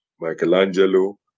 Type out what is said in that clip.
Michelangelo